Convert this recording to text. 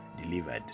delivered